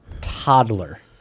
toddler